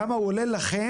כמה הוא עולה לכם,